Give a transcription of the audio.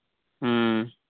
ᱦᱮᱸ